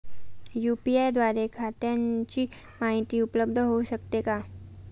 UPI द्वारे खात्याची माहिती उपलब्ध होऊ शकते का?